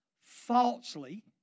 falsely